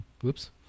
whoops